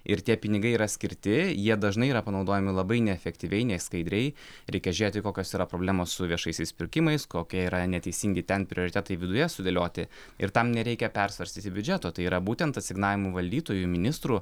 ir tie pinigai yra skirti jie dažnai yra panaudojami labai neefektyviai nei skaidriai reikia žiūrėti kokios yra problemos su viešaisiais pirkimais kokie yra neteisingi ten prioritetai viduje sudėlioti ir tam nereikia persvarstyti biudžeto tai yra būtent asignavimų valdytojų ministrų